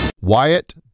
Wyatt